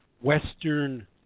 Western